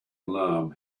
alarm